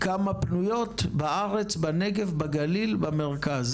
כמה פנויות בארץ בנגב בגליל במרכז?